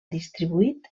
distribuït